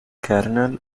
kernel